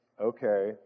Okay